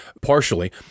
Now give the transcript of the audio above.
partially